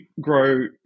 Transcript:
grow